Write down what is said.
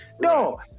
No